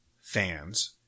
fans